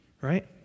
right